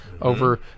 over